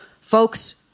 folks